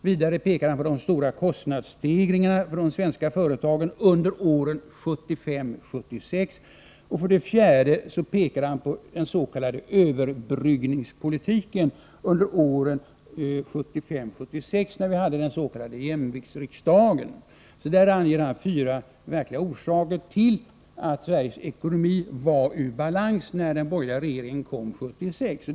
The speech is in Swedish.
Vidare pekar han på de stora kostnadsstegringarna för de svenska företagen åren 1975-1976. För det fjärde pekar han på den s.k. överbryggningspolitiken åren 1975-1976 under jämviktsriksdagen. Klas Eklund anger alltså dessa fyra verkliga orsaker till att Sveriges ekonomi var ur balans när den borgerliga regeringen tillträdde år 1976.